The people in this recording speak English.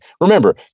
Remember